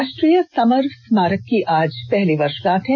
राष्ट्रीय समर स्मारक की आज पहली वर्षगांठ है